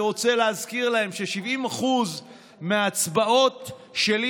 אני רוצה להזכיר להם ש-70% מההצבעות שלי